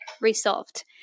resolved